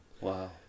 Wow